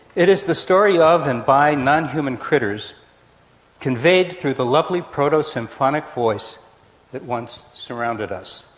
it is the story of and by non-human critters conveyed through the lovely proto-symphonic voice that once surrounded us.